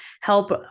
help